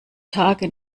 tage